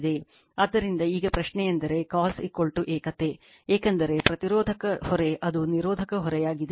ಆದ್ದರಿಂದ ಈಗ ಪ್ರಶ್ನೆಯೆಂದರೆ cos ಏಕತೆ ಏಕೆಂದರೆ ಪ್ರತಿರೋಧಕ ಹೊರೆ ಅದು ನಿರೋಧಕ ಹೊರೆಯಾಗಿದೆ